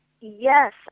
Yes